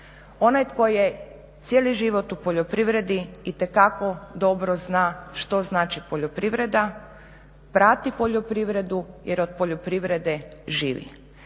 Onaj tko je cijeli život u poljoprivredi itekako dobro zna što znači poljoprivreda, prati poljoprivredu jer od poljoprivrede živi.